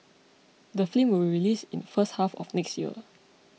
the film will be released in the first half of next year